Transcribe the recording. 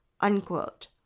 Unquote